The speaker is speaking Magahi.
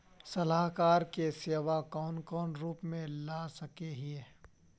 सलाहकार के सेवा कौन कौन रूप में ला सके हिये?